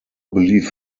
believe